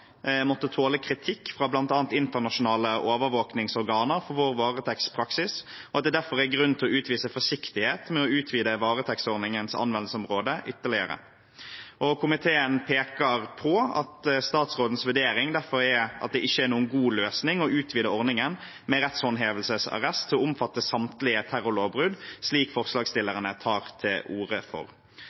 derfor grunn til å utvise forsiktighet med å utvide varetektsordningens anvendelsesområde ytterligere.» Komiteen peker på at statsrådens vurdering derfor er at det ikke er noen god løsning å utvide ordningen med rettshåndhevelsesarrest til å omfatte samtlige terrorlovbrudd, slik forslagsstillerne tar til orde for.